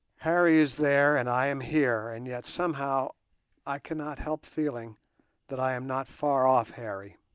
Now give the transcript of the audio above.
harry is there and i am here, and yet somehow i cannot help feeling that i am not far off harry.